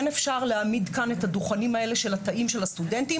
כן אפשר להעמיד כאן את הדוכנים האלה של תאי הסטודנטים,